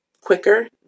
quicker